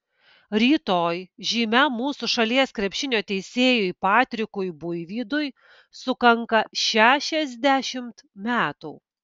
rytoj žymiam mūsų šalies krepšinio teisėjui patrikui buivydui sukanka šešiasdešimt metų